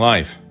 Life